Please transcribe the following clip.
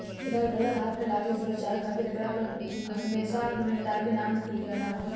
एकरा के गलत हाथ में लागे से बचावे खातिर एकरा पर हरमेशा लेनदार के नाम लिख दियाला